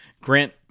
grant